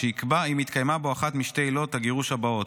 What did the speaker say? אם התקיימה בו אחת משתי עילות הגירוש הבאות: